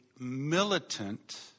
militant